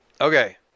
Okay